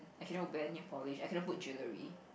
I cannot wear nail polish I cannot put jewelry